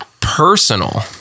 personal